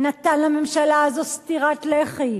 נתן לממשלה הזאת סטירת לחי,